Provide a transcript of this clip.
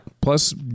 Plus